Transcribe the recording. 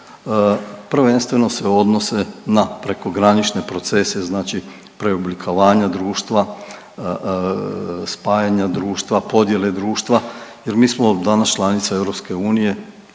prvenstveno se odnose na prekogranične procese, znači preoblikovanja društva, spajanja društva, podjele društva jel mi smo danas članica EU,